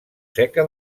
seca